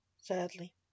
sadly